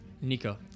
Nico